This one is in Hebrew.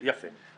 יפה.